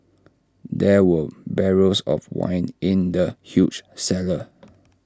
there were barrels of wine in the huge cellar